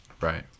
Right